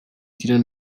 týden